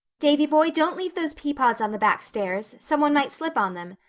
davy-boy, don't leave those peapods on the back stairs. someone might slip on them.